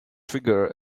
trigger